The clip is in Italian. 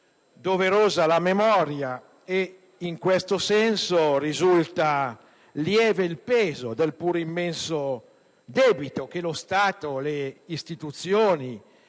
doverosa: in questo senso, risulta lieve il peso del pur immenso debito che lo Stato, le istituzioni